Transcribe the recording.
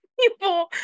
people